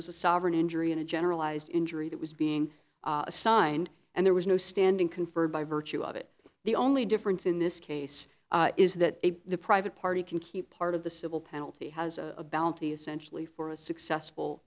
was a sovereign injury and a generalized injury that was being assigned and there was no standing conferred by virtue of it the only difference in this case is that the private party can keep part of the civil penalty has a bounty essentially for a successful